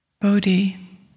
Bodhi